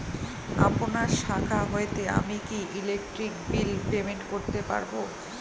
আপনার শাখা হইতে আমি কি ইলেকট্রিক বিল পেমেন্ট করতে পারব?